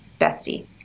Bestie